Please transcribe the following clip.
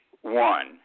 one